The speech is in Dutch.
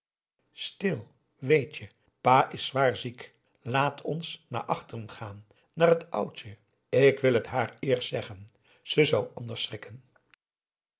stil weet je pa is zwaar ziek laat ons naar aum boe akar eel gaan naar het oudje ik wil het haar eerst zeggen ze zou anders schrikken